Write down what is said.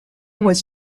was